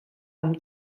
amb